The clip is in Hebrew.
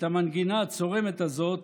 את המנגינה הצורמת הזאת